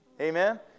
Amen